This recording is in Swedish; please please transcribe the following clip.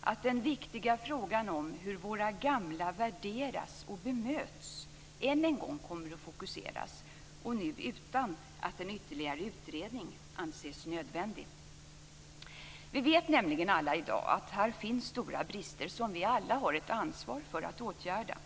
att den viktiga frågan om hur våra gamla värderas och bemöts än en gång kommer att fokuseras - och nu utan att ytterligare en utredning anses nödvändig. Vi vet nämligen i dag att här finns stora brister som vi alla har ett ansvar för att åtgärda.